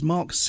Mark